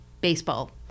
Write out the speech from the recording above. baseball